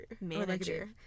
Manager